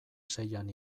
seian